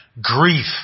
grief